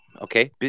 Okay